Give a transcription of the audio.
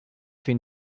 fait